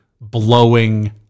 blowing